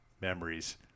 memories